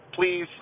please